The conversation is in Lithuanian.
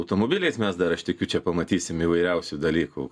automobiliais mes dar aš tikiu čia pamatysim įvairiausių dalykų